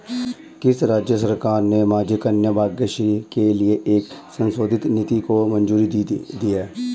किस राज्य सरकार ने माझी कन्या भाग्यश्री के लिए एक संशोधित नीति को मंजूरी दी है?